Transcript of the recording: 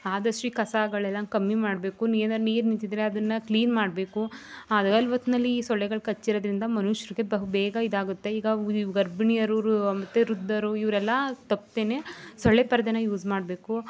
ಆದಷ್ಟು ಈ ಕಸಗಳೆಲ್ಲಾ ಕಮ್ಮಿ ಮಾಡಬೇಕು ನೀರನ್ನ ನೀರು ನಿಂತಿದ್ದರೆ ಅದನ್ನು ಕ್ಲೀನ್ ಹಗಲು ಹೊತ್ತಿನಲ್ಲಿ ಸೊಳ್ಳೆಗಳು ಕಚ್ಚಿರೋದ್ರಿಂದ ಮನುಷ್ರಿಗೆ ಬಹುಬೇಗ ಇದಾಗುತ್ತೆ ಈಗ ವಿವು ಗರ್ಭಿಣಿಯರು ಮತ್ತೆ ವೃದ್ದರು ಇವರೆಲ್ಲಾ ತಪ್ಪದೇನೆ ಸೊಳ್ಳೆ ಪರದೇನ ಯೂಸ್ ಮಾಡಬೇಕು